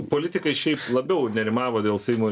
politikai šiaip labiau nerimavo dėl seimo